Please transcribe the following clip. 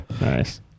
Nice